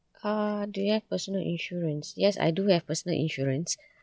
uh do you have personal insurance yes I do have personal insurance